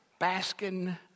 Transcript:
Baskin